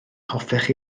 hoffech